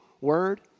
word